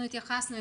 אנחנו התייחסנו.